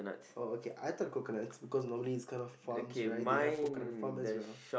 oh okay I thought coconuts because normally this kind of farms right they have coconut farm as well